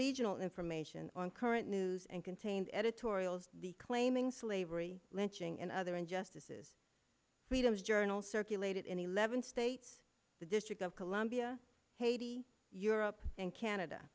regional information on current news and contains editorials the claiming slavery lynching and other injustices freedom's journal circulated in eleven states the district of columbia haiti europe and